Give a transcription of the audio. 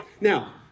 Now